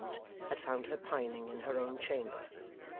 had found her pining in her own chamber.